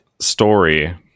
story